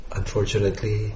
unfortunately